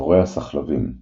דבורי הסחלבים –